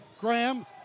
Graham